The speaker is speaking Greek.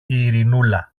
ειρηνούλα